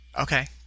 Okay